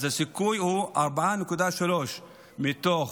הסיכוי הוא 4.3 מתוך